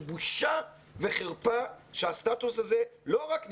זה בושה וחרפה שהסטטוס הזה לא רק נמשך,